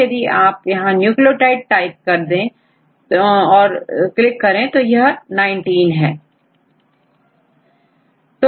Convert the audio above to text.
तो यदि आप यहां न्यूक्लियोटाइड टाइप पर क्लिक करें तो यह19 है